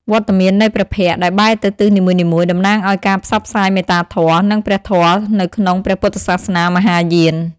វត្តមាននៃព្រះភ័ក្ត្រដែលបែរទៅទិសនីមួយៗ តំណាងឱ្យការផ្សព្វផ្សាយមេត្តាធម៌ និងព្រះធម៌នៅក្នុងព្រះពុទ្ធសាសនាមហាយាន។